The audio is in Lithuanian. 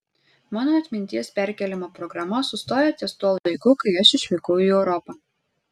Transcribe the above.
mano atminties perkėlimo programa sustoja ties tuo laiku kai aš išvykau į europą